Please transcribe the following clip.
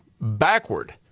backward